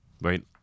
right